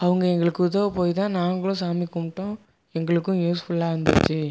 அவங்க எங்களுக்கு உதவ போய் தான் நாங்களும் சாமி கும்பிட்டோம் எங்களுக்கும் யூஸ்ஃபுல்லாக இருந்துச்சு